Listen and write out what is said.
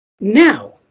Now